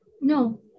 no